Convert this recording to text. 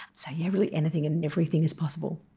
so yes, really anything and everything is possible.